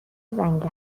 زنگ